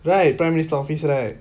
right prime minister office right